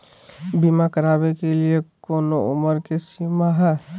बीमा करावे के लिए कोनो उमर के सीमा है?